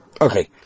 Okay